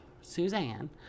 Suzanne